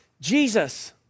Jesus